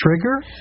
trigger